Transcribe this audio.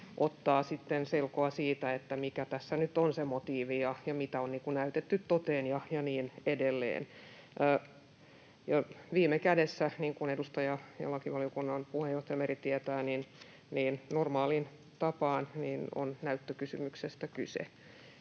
sitten selkoa siitä, mikä tässä nyt on se motiivi ja mitä on näytetty toteen ja niin edelleen. Viime kädessä, niin kuin edustaja ja lakivaliokunnan puheenjohtaja Meri tietää, normaaliin tapaan on näyttökysymyksestä kyse,